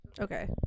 okay